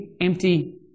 empty